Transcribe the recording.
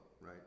right